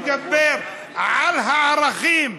שמדבר על הערכים,